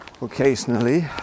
occasionally